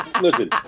listen